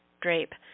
drape